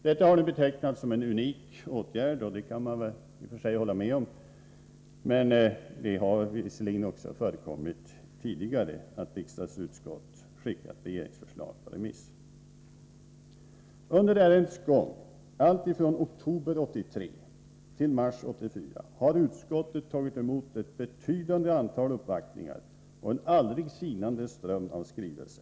Detta har betecknats som en unik åtgärd. I och för sig kan jag hålla med om det. Men å andra sidan har det förekommit tidigare att något utskott skickat ut regeringsförslag på remiss. Under ärendets gång, från oktober 1983 till mars 1984, har utskottet tagit emot ett betydande antal uppvaktningar och en aldrig sinande ström av skrivelser.